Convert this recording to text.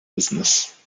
business